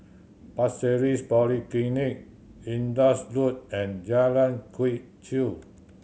Pasir Ris Polyclinic Indus Road and Jalan Quee Chew